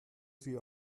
sie